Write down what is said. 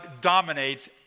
dominates